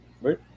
right